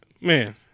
man